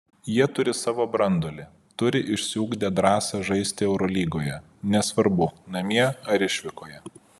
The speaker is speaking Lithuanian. jie turi savo branduolį turi išsiugdę drąsą žaisti eurolygoje nesvarbu namie ar išvykoje